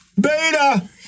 beta